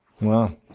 Wow